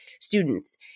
students